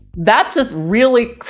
that's just really,